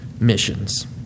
missions